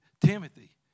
Timothy